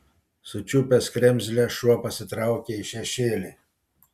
sučiupęs kremzlę šuo pasitraukė į šešėlį